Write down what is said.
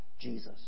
Jesus